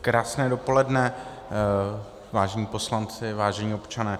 Krásné dopoledne, vážení poslanci, vážení občané.